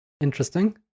Interesting